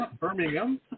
Birmingham